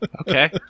Okay